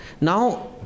Now